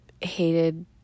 hated